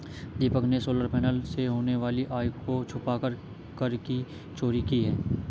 दीपक ने solar panel से होने वाली आय को छुपाकर कर की चोरी की है